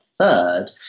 third